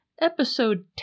episode